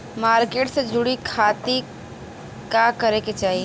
Market से जुड़े खाती का करे के चाही?